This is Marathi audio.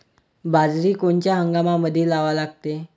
बाजरी कोनच्या हंगामामंदी लावा लागते?